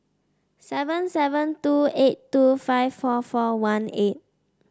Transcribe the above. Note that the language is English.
seven seven two eight two five four four one eight